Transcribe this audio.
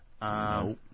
No